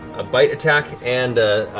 a bite attack and a